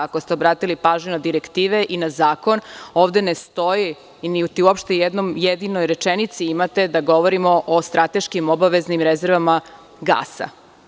Ako ste obratili pažnju na direktive i na zakon, ovde ne stoji niti uopšte u jednoj jedinoj rečenici imate da govorimo o strateškim obaveznim rezervama gasa.